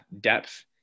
depth